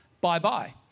bye-bye